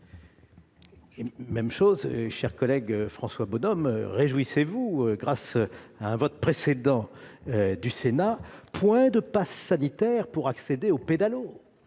mon cher collègue, je vous dirai : réjouissez-vous, grâce à un vote précédent du Sénat, point de passe sanitaire pour accéder aux pédalos